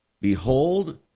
Behold